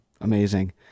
Amazing